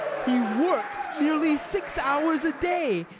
he worked nearly six hours a day,